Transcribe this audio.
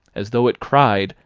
as though it cried,